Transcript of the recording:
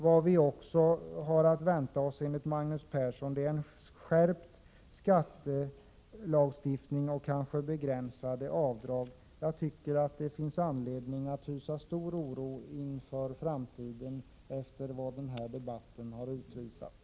Vad man också enligt Magnus Persson kan vänta sig är en skärpning av skattelagstiftningen och möjligen även en begränsning av rätten att göra avdrag. Efter den här debatten finns det därför anledning att hysa stor oro inför framtiden, om socialdemokraterna skulle få fortsätta bestämma efter valet.